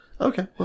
Okay